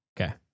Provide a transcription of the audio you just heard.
Okay